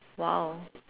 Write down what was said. !wow!